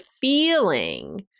feeling